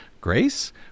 grace